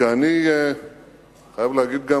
שאני חייב להגיד גם